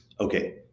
Okay